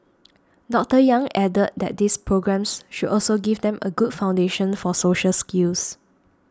Doctor Yang added that these programmes should also give them a good foundation for social skills